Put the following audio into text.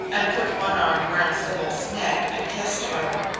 and put one arm round sybil's neck and kissed her.